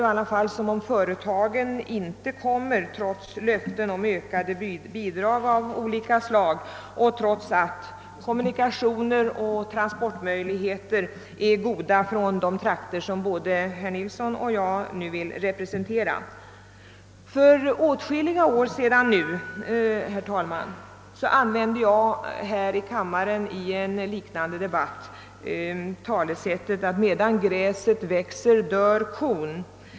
Det verkar som om företagen inte kommer till bygden, trots löften om ökade bidrag av olika slag och trots att kommunikationerna och transportmöjligheterna är goda från de trakter som både herr Nilsson i Östersund och jag nu vill representera. För åtskilliga år sedan erinrade jag i en debatt om dessa frågor här i kammaren, herr talman, om det gamla talesättet att medan gräset växer dör kon.